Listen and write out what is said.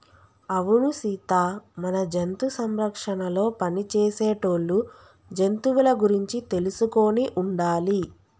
అవును సీత మన జంతు సంరక్షణలో పని చేసేటోళ్ళు జంతువుల గురించి తెలుసుకొని ఉండాలి